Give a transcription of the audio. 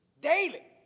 daily